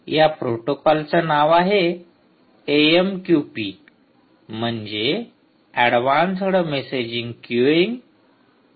या प्रोटोकॉलच नाव आहे एएमक्यूपी म्हणजे ऍडवान्सड मेसेजिंग क्यूएइंग प्रोटोकॉल